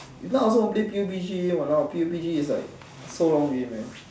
if not I also won't play PUB-G !walao! PUB-G is like so long already eh